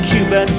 Cuba